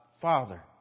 Father